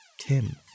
Tim